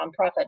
nonprofit